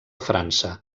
frança